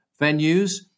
venues